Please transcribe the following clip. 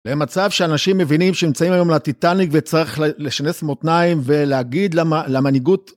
למצב שאנשים מבינים שנמצאים היום על הטיטאניק וצריך לשנס מותניים ולהגיד למנהיגות.